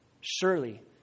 Surely